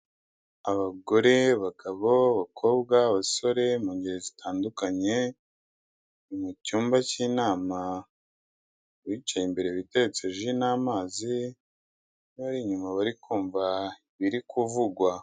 Abagore, abagabo, abakobwa, abasore mu ngeri zitandukanye mu cyumba cy'inama, bicaye imbere biteretse ji n'amazi n'abari inyuma bari kumva ibiri kuvugwa.